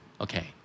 Okay